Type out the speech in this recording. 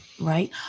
Right